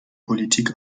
politik